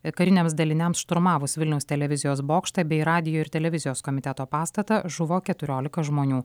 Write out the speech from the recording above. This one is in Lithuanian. kariniams daliniams šturmavus vilniaus televizijos bokštą bei radijo ir televizijos komiteto pastatą žuvo keturiolika žmonių